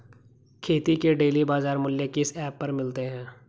खेती के डेली बाज़ार मूल्य किस ऐप पर मिलते हैं?